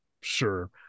Sure